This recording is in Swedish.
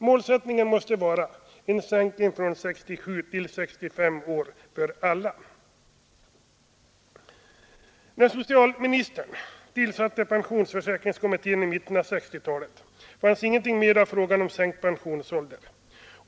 Målsättningen måste vara en sänkning från 67 till 65 år för alla. När socialministern tillsatte pensionsförsäkringskommittén i mitten av 1960-talet fanns ingenting med av frågan om sänkt pensionsålder.